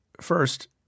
first